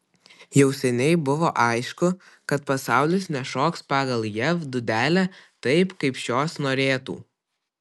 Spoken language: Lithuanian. jau seniai buvo aišku kad pasaulis nešoks pagal jav dūdelę taip kaip šios norėtų